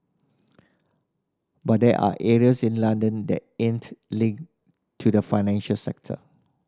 but there are areas in London that aren't linked to the financial sector